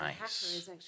nice